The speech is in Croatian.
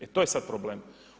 E to je sada problem.